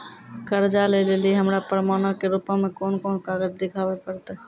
कर्जा लै लेली हमरा प्रमाणो के रूपो मे कोन कोन कागज देखाबै पड़तै?